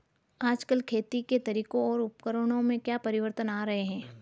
आजकल खेती के तरीकों और उपकरणों में क्या परिवर्तन आ रहें हैं?